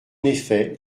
effet